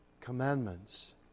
commandments